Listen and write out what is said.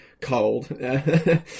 cold